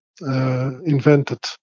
invented